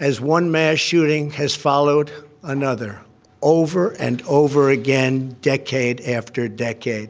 as one mass shooting has followed another over and over again, decade after decade.